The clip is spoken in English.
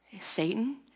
Satan